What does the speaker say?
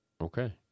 Okay